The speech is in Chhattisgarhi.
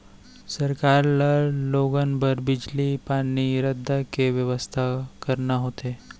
सरकार ल लोगन बर बिजली, पानी, रद्दा के बेवस्था करना होथे